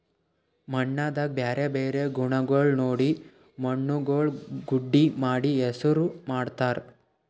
ಮಣ್ಣದಾಗ್ ಬ್ಯಾರೆ ಬ್ಯಾರೆ ಗುಣಗೊಳ್ ನೋಡಿ ಮಣ್ಣುಗೊಳ್ ಗುಡ್ಡಿ ಮಾಡಿ ಹೆಸುರ್ ಇಡತ್ತಾರ್